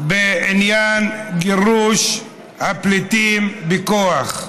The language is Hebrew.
גירוש הפליטים בכוח.